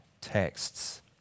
texts